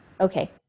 Okay